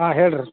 ಹಾಂ ಹೇಳಿರಿ